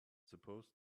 suppose